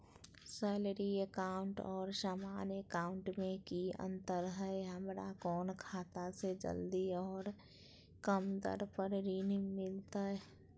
Salary account और सामान्य account मे की अंतर है हमरा कौन खाता से जल्दी और कम दर पर ऋण मिलतय?